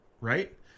right